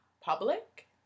public